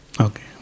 Okay